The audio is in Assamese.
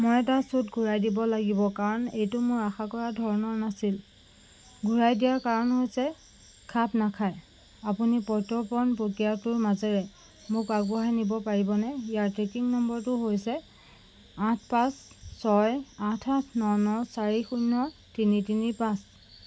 মই এটা ছুট ঘূৰাই দিব লাগিব কাৰণ এইটো মই আশা কৰা ধৰণৰ নাছিল ঘূৰাই দিয়াৰ কাৰণ হৈছে খাপ নাখায় আপুনি প্ৰত্যৰ্পণ প্ৰক্ৰিয়াটোৰ মাজেৰে মোক আগবঢ়াই নিব পাৰিবনে ইয়াৰ ট্ৰেকিং নম্বৰটো হৈছে আঠ পাঁচ ছয় আঠ আঠ ন ন চাৰি শূন্য তিনি তিনি পাঁচ